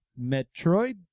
Metroid